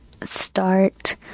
start